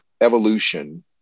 evolution